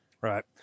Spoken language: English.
Right